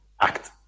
act